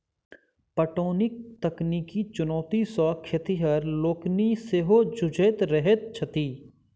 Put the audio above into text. पटौनीक तकनीकी चुनौती सॅ खेतिहर लोकनि सेहो जुझैत रहैत छथि